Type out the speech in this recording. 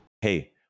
hey